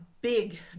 big